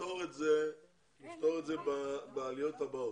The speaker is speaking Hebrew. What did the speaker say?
יצטרכו לפתור את זה בעליות הבאות.